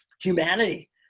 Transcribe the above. humanity